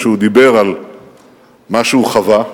שהוא דיבר על מה שהוא חווה,